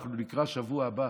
שאנחנו נקרא בשבוע הבא.